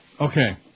Okay